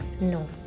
no